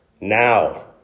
now